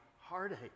heartache